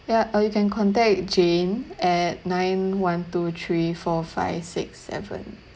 ya uh you can contact jane at nine one two three four five six seven